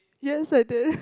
yes I think